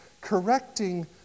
correcting